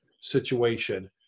situation